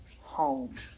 home